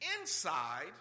inside